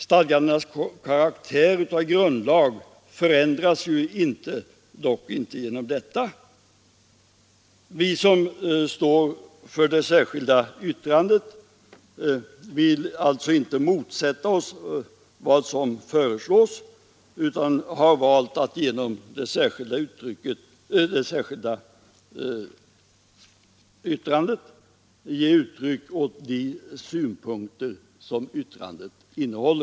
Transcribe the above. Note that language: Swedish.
Stadgandenas grundlagskaraktär förändras dock inte. Vi som står för det särskilda yttrandet vill alltså inte motsätta oss vad som föreslås utan har valt att ge uttryck åt våra synpunkter genom vårt yttrande.